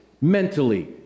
mentally